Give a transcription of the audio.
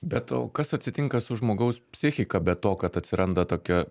bet o kas atsitinka su žmogaus psichika be to kad atsiranda tokia